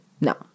No